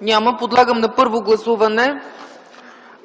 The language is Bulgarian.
Няма. Подлагам на първо гласуване